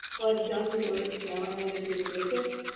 well, i've done the words now i wanna do the music.